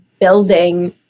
building